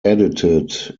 edited